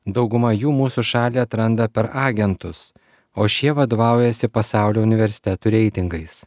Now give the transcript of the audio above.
dauguma jų mūsų šalį atranda per agentus o šie vadovaujasi pasaulio universitetų reitingais